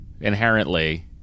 Inherently